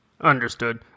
Understood